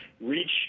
reach